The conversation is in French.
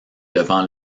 devant